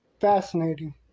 fascinating